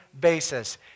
basis